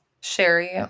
Sherry